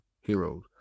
Heroes